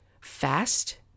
fast